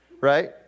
right